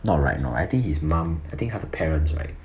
not right not right I think his mum I think 他的 parents right